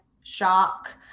shock